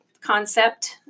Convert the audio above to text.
concept